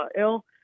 ill